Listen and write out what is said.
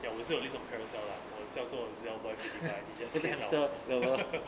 ya 我是有 list on carousell lah 我叫做 zelberg eighty five 你 just click 找